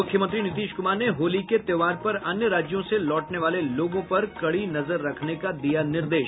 मुख्यमंत्री नीतीश कुमार ने होली के त्यौहार पर अन्य राज्यों से लौटने वाले लोगों पर कड़ी नजर रखने का दिया निर्देश